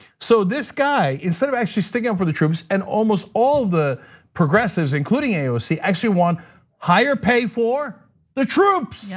so this guy, instead of actually sticking up for the troops and almost all the progressives, including aoc, actually want higher pay for the troops, yeah